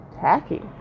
tacky